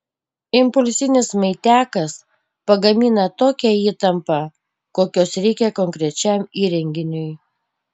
impulsinis maitiakas pagamina tokią įtampą kokios reikia konkrečiam įrenginiui